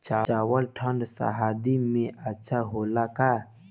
चावल ठंढ सह्याद्री में अच्छा होला का?